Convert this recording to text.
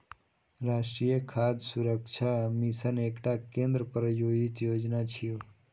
राष्ट्रीय खाद्य सुरक्षा मिशन एकटा केंद्र प्रायोजित योजना छियै